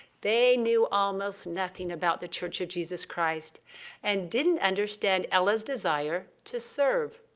they knew almost nothing about the church of jesus christ and didn't understand ella's desire to serve.